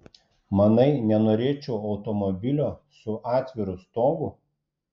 manai nenorėčiau automobilio su atviru stogu